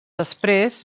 després